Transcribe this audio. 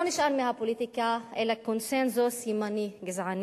לא נשאר מהפוליטיקה אלא קונסנזוס ימני גזעני,